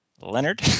Leonard